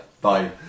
bye